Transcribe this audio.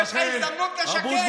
יש לך הזדמנות לשקר,